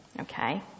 Okay